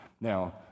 Now